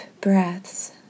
breaths